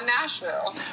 Nashville